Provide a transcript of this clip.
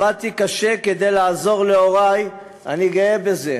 עבדתי קשה כדי לעזור להורי, ואני גאה בזה.